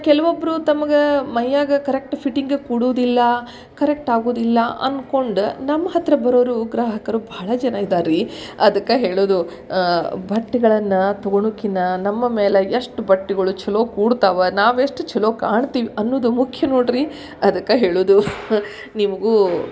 ಕೆಲವೊಬ್ಬರು ತಮ್ಗೆ ಮೈಯಾಗ ಕರೆಕ್ಟ್ ಫಿಟ್ಟಿಂಗ ಕೂಡೋದಿಲ್ಲ ಕರೆಕ್ಟ್ ಆಗುವುದಿಲ್ಲ ಅನ್ಕೊಂಡು ನಮ್ಮ ಹತ್ತಿರ ಬರೋವ್ರು ಗ್ರಾಹಕರು ಭಾಳ ಜನ ಇದ್ದಾರೆ ರೀ ಅದಕ್ಕೆ ಹೇಳೋದು ಬಟ್ಟೆಗಳನ್ನ ತೊಗೊಳೋಕ್ಕಿನ್ನ ನಮ್ಮ ಮೇಲೆ ಎಷ್ಟು ಬಟ್ಟೆಗಳು ಛಲೋ ಕೂಡ್ತಾವೆ ನಾವೆಷ್ಟು ಛಲೋ ಕಾಣ್ತೀವಿ ಅನ್ನುದು ಮುಖ್ಯ ನೋಡಿರಿ ಅದಕ್ಕೆ ಹೇಳುವುದು ನಿಮಗೂ